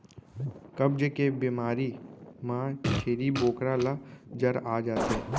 कब्ज के बेमारी म छेरी बोकरा ल जर आ जाथे